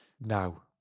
Now